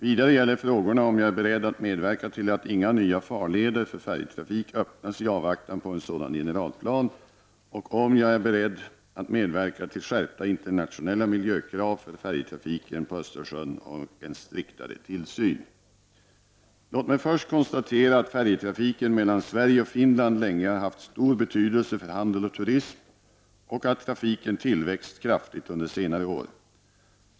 Vidare gäller frågorna om jag är beredd att medverka till att inga nya farleder för färjetrafik öppnas i avvaktan på en sådan generalplan och om jag är beredd att medverka till skärpta internationella miljökrav för färjetrafiken på Östersjön och en striktare tillsyn. Låt mig först konstatera att färjetrafiken mellan Sverige och Finland länge har haft stor betydelse för handel och turism och att trafiken tillväxt kraftigt under senare år.